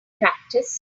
practice